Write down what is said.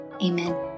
Amen